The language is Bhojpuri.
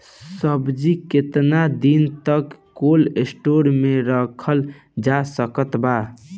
सब्जी केतना दिन तक कोल्ड स्टोर मे रखल जा सकत बा?